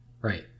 Right